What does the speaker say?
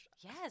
Yes